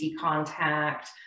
contact